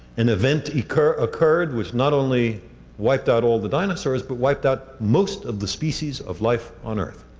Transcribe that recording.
an event occurred occurred which not only wiped out all the dinosaurs but wiped out most of the species of life on earth.